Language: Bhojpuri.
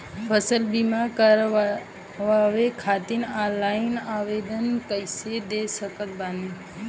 फसल बीमा करवाए खातिर ऑनलाइन आवेदन कइसे दे सकत बानी?